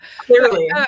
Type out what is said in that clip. clearly